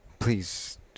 Please